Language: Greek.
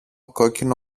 κόκκινο